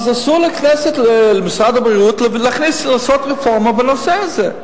אסור לכנסת או למשרד הבריאות לעשות רפורמה בנושא הזה.